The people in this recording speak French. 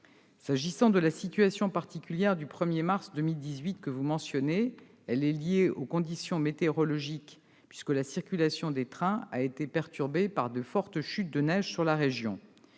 S'agissant de la situation particulière du 1 mars 2018 que vous mentionnez, elle est liée aux conditions météorologiques, puisque la circulation des trains a été perturbée par les fortes chutes de neige sur la région.